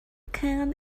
khan